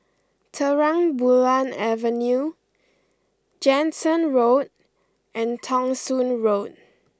Terang Bulan Avenue Jansen Road and Thong Soon Road